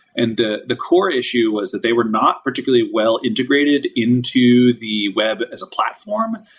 and the the core issue was that they were not particularly well integrated into the web as a platform.